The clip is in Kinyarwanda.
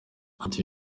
ati